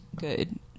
good